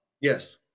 Yes